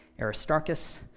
Aristarchus